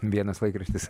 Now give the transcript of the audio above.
vienas laikraštis